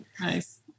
nice